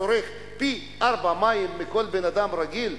צורך פי ארבעה מים מבן-אדם רגיל?